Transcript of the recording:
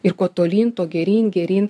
ir kuo tolyn tuo geryn geryn